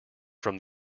from